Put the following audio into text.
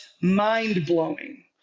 mind-blowing